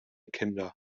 kinder